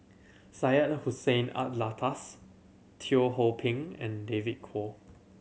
Syed Hussein Alatas Teo Ho Pin and David Kwo